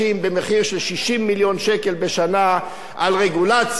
מיליון שקל בשנה על רגולציה ורגולציה,